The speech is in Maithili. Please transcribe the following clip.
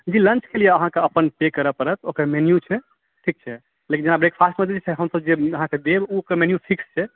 जी लन्चके लिए अहाँकेँ अपन पे करऽ पड़त ओकर अहाँकेँ मेन्यू छै ठीक छै लेकिन ब्रेकफास्टमे जे छै हमसब जे देब ओहिके मेन्यू फिक्स छै